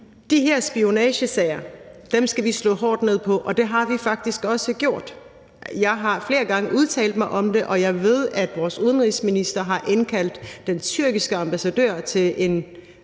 De her spionagesager skal vi slå hårdt ned på, og det har vi faktisk også gjort. Jeg har flere gange udtalt mig om det, og jeg ved, at vores udenrigsminister har haft indkaldt den tyrkiske ambassadør til en